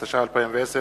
התש"ע 2010,